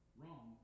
wrong